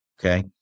Okay